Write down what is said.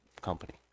company